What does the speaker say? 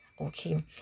okay